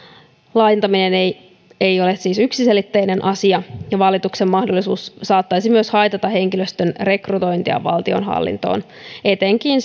laajentaminen ei ei ole siis yksiselitteinen asia ja valituksen mahdollisuus saattaisi myös haitata henkilöstön rekrytointia valtionhallintoon etenkin